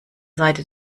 seite